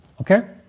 Okay